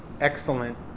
excellent